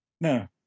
No